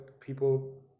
people